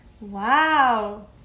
Wow